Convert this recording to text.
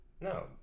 no